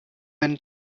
when